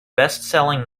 bestselling